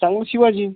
सांगू शिवाजी